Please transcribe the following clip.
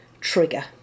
trigger